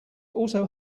also